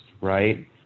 right